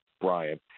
Brian